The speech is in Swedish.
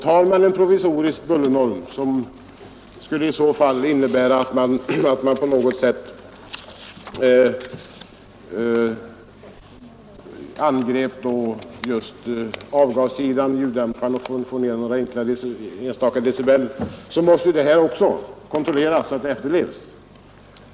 Tar man en provisorisk bullernorm, som på något sätt angriper avgassidan, ljuddämparna, och bestämmer om en sänkning med några enstaka decibel, måste man ändå kontrollera att detta efterlevs.